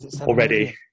already